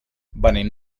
venim